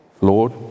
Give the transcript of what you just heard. Lord